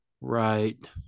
right